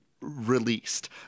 released